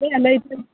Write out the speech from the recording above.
ꯍꯣꯏꯅꯦ ꯂꯩꯇ꯭ꯔꯗꯤ